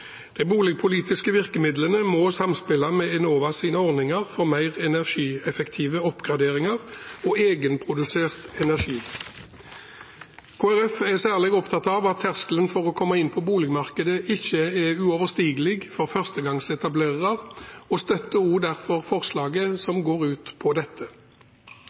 De boligpolitiske virkemidlene må samspille med Enovas ordninger for mer energieffektive oppgraderinger og egenprodusert energi. Kristelig Folkeparti er særlig opptatt av at terskelen for å komme inn på boligmarkedet ikke er uoverstigelig for førstegangsetablerere, og støtter derfor forslaget som går på dette.